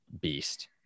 beast